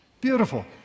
Beautiful